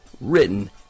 written